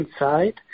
inside